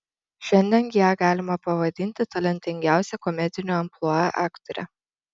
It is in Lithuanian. šiandien ją galima pavadinti talentingiausia komedinio amplua aktore